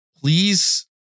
please